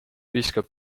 viskab